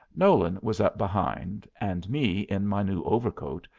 nolan was up behind, and me, in my new overcoat,